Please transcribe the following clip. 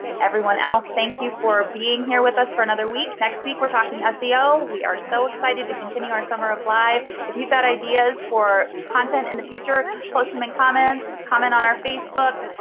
everyone else, thank you for being here with us for another week. next week, we're talking seo. we are so excited to continue our summer of live. if you've got ideas for content in the future, post them in comments. comment on our facebook.